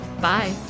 Bye